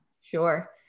Sure